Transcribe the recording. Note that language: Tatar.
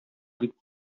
дип